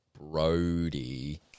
Brody